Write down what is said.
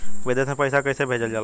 विदेश में पैसा कैसे भेजल जाला?